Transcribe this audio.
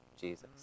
Jesus